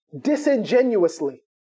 disingenuously